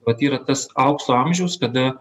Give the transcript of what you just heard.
vat yra tas aukso amžius kada